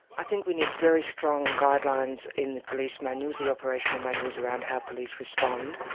i think we need very strong guidelines in the police manuals, the operational manuals around how police respond.